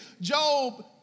Job